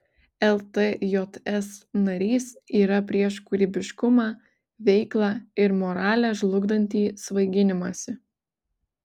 ltjs narys yra prieš kūrybiškumą veiklą ir moralę žlugdantį svaiginimąsi